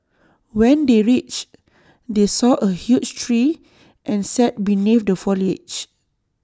when they reached they saw A huge tree and sat beneath the foliage